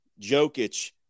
Jokic